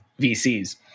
VCs